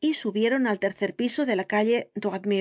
y subieron al tercer piso de la calle